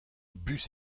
bus